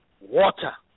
Water